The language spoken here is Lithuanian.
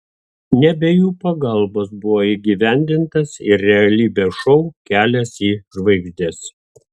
ne be jų pagalbos buvo įgyvendintas ir realybės šou kelias į žvaigždes